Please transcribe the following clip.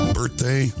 birthday